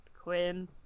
quinn